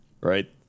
right